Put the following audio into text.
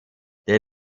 der